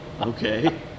okay